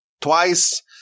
twice